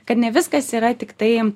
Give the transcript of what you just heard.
kad ne viskas yra tiktai